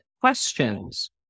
questions